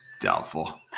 doubtful